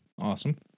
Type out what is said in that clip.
Awesome